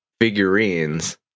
figurines